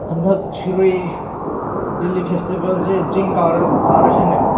ꯍꯟꯗꯛ ꯁꯤꯔꯣꯏ ꯂꯤꯂꯤ ꯐꯦꯁꯇꯤꯕꯦꯜꯁꯦ ꯆꯤꯡ ꯀꯥꯔꯁꯤꯅꯦ